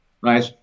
right